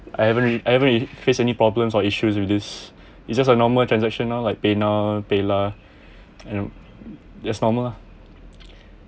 I haven't read I haven't face any problems or issues with this it's just a normal transaction lah like paynow paylah and just normal ah